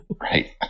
Right